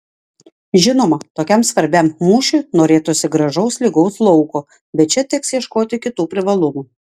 žinoma tokiam svarbiam mūšiui norėtųsi gražaus lygaus lauko bet čia teks ieškoti kitų privalumų